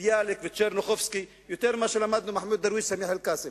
את ביאליק ואת טשרניחובסקי יותר מאשר מחמוד דרוויש וסמיח אלקאסם.